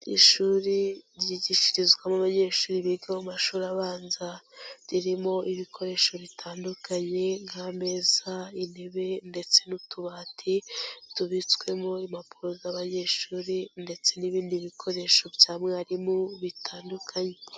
Ishuri ryigishirizwamo abanyeshuri biga mu mashuri abanza, ririmo ibikoresho bitandukanye, nk'ameza, intebe, ndetse n'utubati tubitswemo impapuro z'abanyeshuri ndetse n'ibindi bikoresho bya mwarimu bitandukanye.